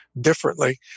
differently